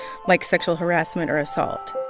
like sexual harassment or assault?